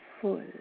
Full